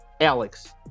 Alex